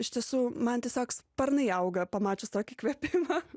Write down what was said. iš tiesų man tiesiog sparnai auga pamačius tokį įkvėpimą